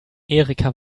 erika